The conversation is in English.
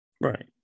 right